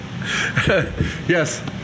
Yes